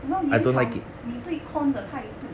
我们要研讨你你对 corn 的态度